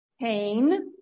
pain